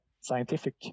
scientific